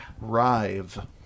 Rive